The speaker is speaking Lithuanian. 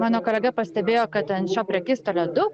mano kolega pastebėjo kad ant šio prekystalio daug